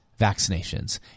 vaccinations